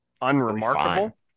unremarkable